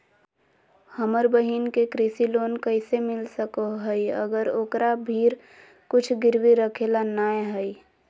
हमर बहिन के कृषि लोन कइसे मिल सको हइ, अगर ओकरा भीर कुछ गिरवी रखे ला नै हइ?